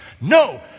no